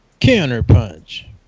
Counterpunch